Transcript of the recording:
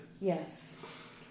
yes